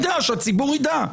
שהציבור ואני נדע.